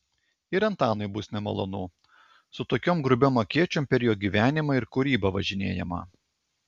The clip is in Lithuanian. ir antanui bus nemalonu su tokiom grubiom akėčiom per jo gyvenimą ir kūrybą važinėjama